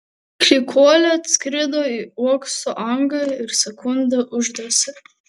klykuolė atskrido į uokso angą ir sekundę uždelsė